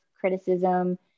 criticism